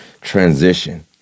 transition